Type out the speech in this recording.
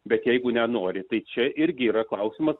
bet jeigu nenori tai čia irgi yra klausimas